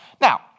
Now